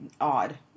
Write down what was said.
odd